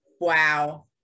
wow